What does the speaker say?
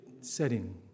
setting